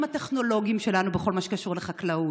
הטכנולוגיים שלנו בכל מה שקשור לחקלאות,